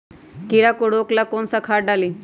कीड़ा के रोक ला कौन सा खाद्य डाली?